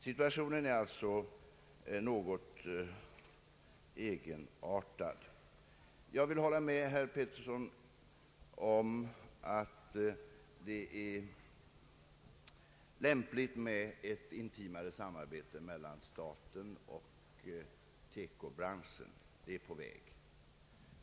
Situationen är alltså något komplicerad. Jag håller dock med herr Pettersson om att det är lämpligt med ett intimare samarbete mellan staten och TEKO-branschen. Det är också på väg.